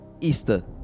Easter